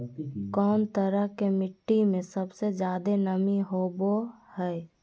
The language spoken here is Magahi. कौन तरह के मिट्टी में सबसे जादे नमी होबो हइ?